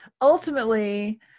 ultimately